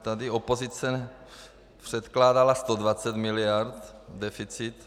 Tady opozice předkládala 120 mld. deficit.